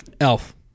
Elf